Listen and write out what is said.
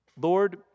Lord